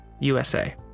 USA